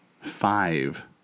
five